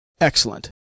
Excellent